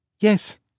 Yes